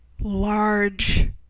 large